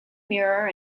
mirror